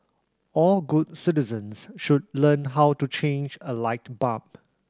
all good citizens should learn how to change a light bulb